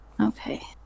Okay